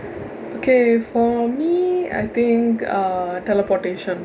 okay for me I think err teleportation